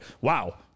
wow